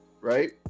right